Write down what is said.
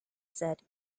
said